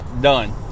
done